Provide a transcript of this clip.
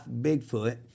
Bigfoot